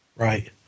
Right